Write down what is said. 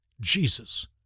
Jesus